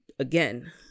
Again